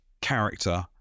character